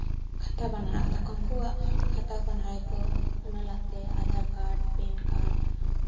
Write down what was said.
ᱠᱷᱟᱛᱟ ᱵᱟᱝ ᱞᱟᱜᱟᱜ ᱛᱟᱠᱚᱣᱟ ᱩᱱᱠᱩᱣᱟᱜ ᱠᱷᱟᱛᱟ ᱠᱚ ᱚᱱᱟ ᱨᱮᱠᱚ ᱚᱱᱟ ᱛᱟᱞᱟᱛᱮ ᱟᱫᱷᱟᱨ ᱠᱟᱨᱰ ᱯᱮᱱ ᱠᱟᱨᱰ